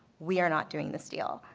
we are not doing this deal,